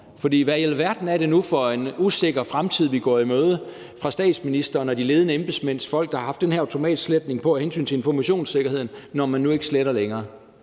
hvad i alverden er det nu for en usikker fremtid, vi går i møde fra statsministerens og de ledende embedsmænd og deres folks side, som har haft den her automatsletning på af hensyn til informationssikkerheden, når man nu ikke sletter længere?